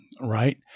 Right